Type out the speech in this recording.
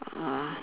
ah